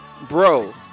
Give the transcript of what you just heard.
Bro